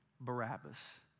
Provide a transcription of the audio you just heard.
Barabbas